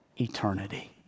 eternity